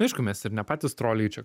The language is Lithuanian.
aišku mes ir ne patys troliai čia